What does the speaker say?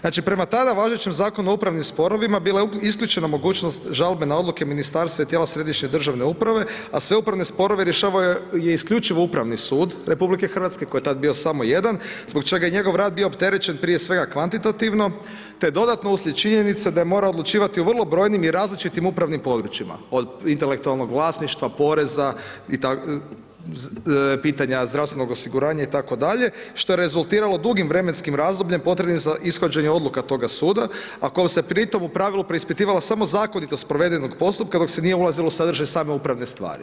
Znači prema tad važećim Zakonom o upravnim sporovima, bila je isključena mogućnost žalbe na odluke Ministarstva i tijela središnje države uprave, a sve upravne sporove, rješava isključivo upravni sud RH koji tad bio samo jedan, zbog čega je njegov rad bio opterećen, prije svega kvantitativno, te dodatno uslijed činjenice da je morao odlučivati o vrlo brojnim i različitim upravnim područjima, od intelektualnim vlasništva, poreza, pitanja zdravstvenog osiguranja itd. što je rezultiralo dugim vremenskim razdobljem potrebnim za ishođenje odluka toga suda, a kojom se pri tom u pravilu preispitivala samo zakonitost provedenog postupka, dok se nije ulazilo u sadržaj same upravne stvari.